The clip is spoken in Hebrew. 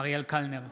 אריאל קלנר,